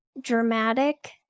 dramatic